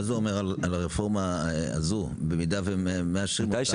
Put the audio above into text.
מה זה אומר על הרפורמה הזאת במידה והם מאשרים אותה?